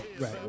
right